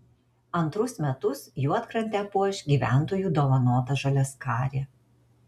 antrus metus juodkrantę puoš gyventojų dovanota žaliaskarė